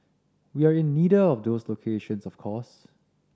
we are in neither of those two locations of course